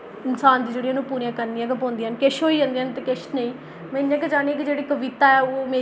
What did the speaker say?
इन्सान गी जेह्ड़ियां न ओह् पूरियां करने गै पोंदियां न किश होई जंदियां न ते किश नेईं में इ'यां गै चाह्न्नी आं कि जेह्ड़ी कविता ओह् मेरी